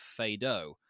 Fado